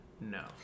No